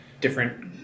different